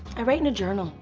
i write in a journal.